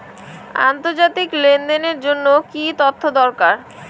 আন্তর্জাতিক লেনদেনের জন্য কি কি তথ্য দরকার?